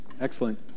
Excellent